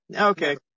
Okay